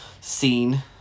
scene